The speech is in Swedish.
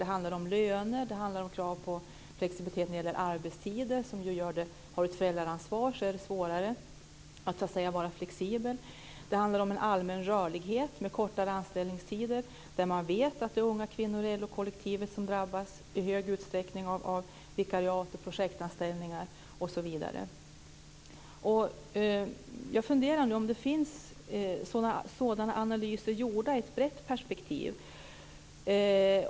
Det handlar om flexibilitet när det gäller löner och arbetstider, och sådan flexibilitet gör det svårare för den som har ett föräldraansvar. Det handlar om en allmän rörlighet, med kortare anställningstider. Man vet att unga kvinnor i LO-kollektivet i stor utsträckning drabbas av vikariat, projektanställningar osv. Jag undrar om det finns analyser av detta gjorda i ett brett perspektiv.